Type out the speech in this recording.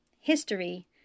history